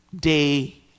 day